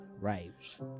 Right